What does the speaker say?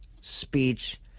speech